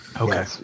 okay